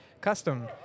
custom